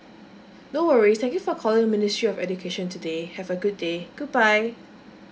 no worries thank you for calling ministry of education today have a good day goodbye